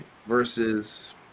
versus